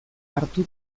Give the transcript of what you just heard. hartu